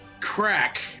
Crack